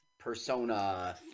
persona